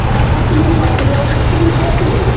हँ ठीक हति अहाँ ठीक हती